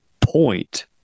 point